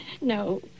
No